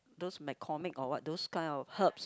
those McCormick or what those kind of herbs